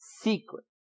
secret